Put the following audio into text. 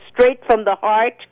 straight-from-the-heart